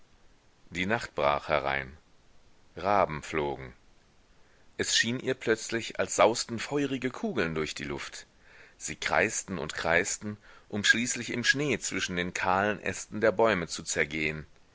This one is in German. die nacht brach herein raben flogen es schien ihr plötzlich als sausten feurige kugeln durch die luft sie kreisten und kreisten um schließlich im schnee zwischen den kahlen ästen der bäume zu zergehen